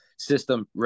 system